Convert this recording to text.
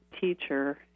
teacher